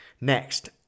Next